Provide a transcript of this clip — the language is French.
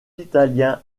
italien